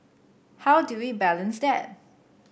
how do we balance that